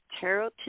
Tarot